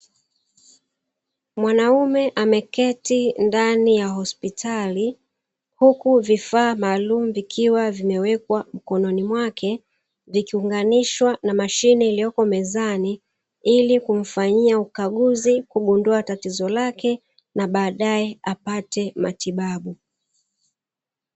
Mwanaume ameketi ndani ya hospitali, huku vifaa maalumu vikiwa vimewekwa mkononi mwake, vikiunganishwa na mashine iliyopo mezani ili kumfanyia ukaguzi, kugundua tatizo lake na baadae apate matibabu.